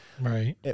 Right